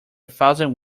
thousand